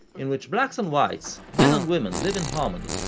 in which blacks and whites, men and women live in harmony,